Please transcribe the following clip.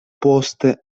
poste